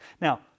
Now